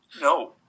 No